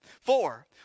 Four